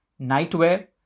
nightwear